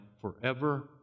forever